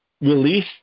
release